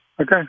Okay